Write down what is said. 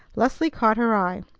leslie caught her eye.